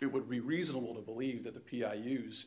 it would be reasonable to believe that the p i use